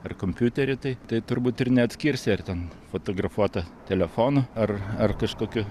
ar kompiutery tai tai turbūt ir neatskirsi ar ten fotografuota telefonu ar ar kažkokiu